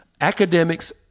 Academics